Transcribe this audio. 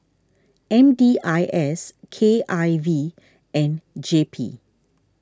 M D I S K I V and J P